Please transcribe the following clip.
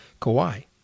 Kawhi